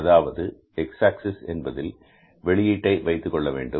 அதாவது X axis என்பதில் வெளியீட்டை எடுத்துக்கொள்ளவேண்டும்